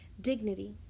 dignity